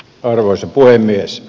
arvoisa puhemies